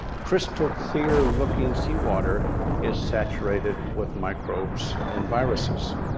crystal clear looking seawater is saturated with microbes and viruses,